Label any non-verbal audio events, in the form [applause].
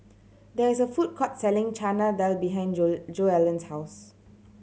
there is a food court selling Chana Dal behind [unintelligible] Joellen's house